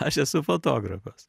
aš esu fotografas